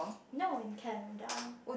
no in Canada